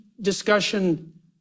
discussion